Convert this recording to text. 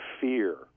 fear